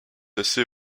assez